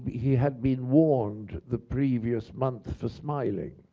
he had been warned the previous month for smiling.